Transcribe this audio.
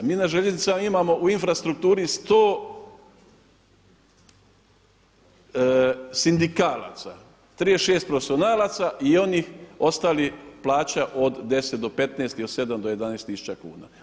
Mi na željeznicama imamo u infrastrukturi 100 sindikalaca, 36 profesionalaca i oni ostalih plaća od 10 do 15 i od 7 do 11 tisuća kuna.